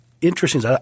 interesting